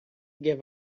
give